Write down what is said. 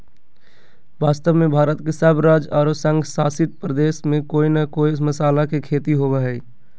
वास्तव में भारत के सब राज्य आरो संघ शासित क्षेत्र में कोय न कोय मसाला के खेती होवअ हई